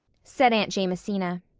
said aunt jamesina.